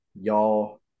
y'all